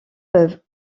peuvent